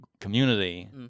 community